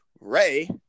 ray